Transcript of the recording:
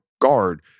guard